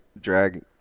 drag